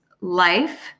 life